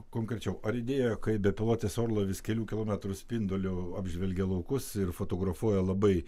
konkrečiau ar idėja kaip bepilotis orlaivis kelių kilometrų spinduliu apžvelgia laukus ir fotografuoja labai